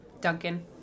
Duncan